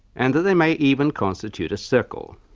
and that they may even constitute a circle.